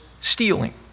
stealing